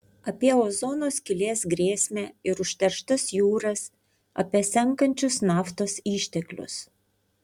apie ozono skylės grėsmę ir užterštas jūras apie senkančius naftos išteklius